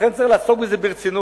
לכן צריך לעסוק בזה ברצינות,